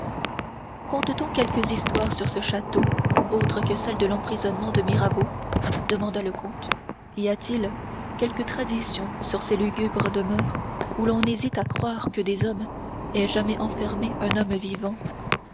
dessus conte t on quelques histoires sur ce château autres que celle de l'emprisonnement de mirabeau demanda le comte y a-t-il quelque tradition sur ces lugubres demeures où l'on hésite à croire que des hommes aient jamais enfermé un homme vivant